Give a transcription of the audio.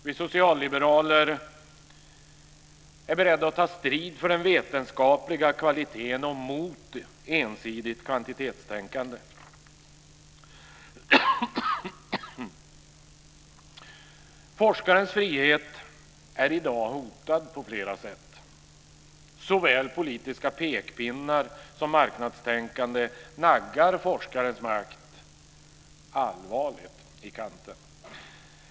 Vi socialliberaler är beredda att ta strid för den vetenskapliga kvaliteten och mot ensidigt kvantitetstänkande. Forskarens frihet är i dag hotad på flera sätt. Såväl politiska pekpinnar som marknadstänkande naggar allvarligt forskarens makt i kanten.